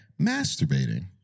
Masturbating